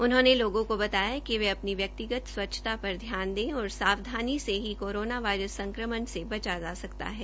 उन्होंने लोगों को बताया कि वे अपनी व्यक्तिगत स्वच्छता पर ध्यान दें और सावधानी से ही कोरोना वायरस संकमण से बचा जा सकता है